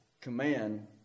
command